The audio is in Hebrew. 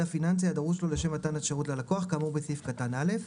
פיננסי הדרוש לו לשם מתן השירות ללקוח כאמור בסעיף קטן (א).